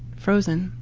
frozen.